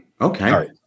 Okay